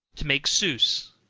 to make souse.